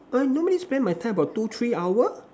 I normally spend my time about two three hour